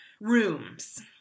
rooms